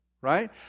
Right